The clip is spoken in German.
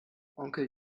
onkel